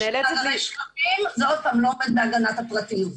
-- השבבים, זה לא עומד בהגנת הפרטיות.